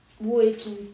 working